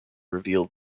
reveal